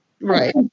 Right